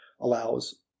allows